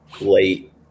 late